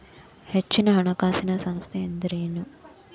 ಹೆಚ್ಚಿನ ಹಣಕಾಸಿನ ಸಂಸ್ಥಾ ಅಂದ್ರೇನು?